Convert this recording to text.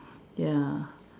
ya